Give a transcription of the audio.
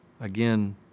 again